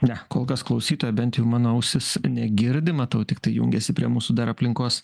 ne kol kas klausytojo bent jau mano ausis negirdi matau tiktai jungiasi prie mūsų dar aplinkos